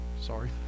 sorry